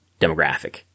demographic